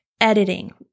editing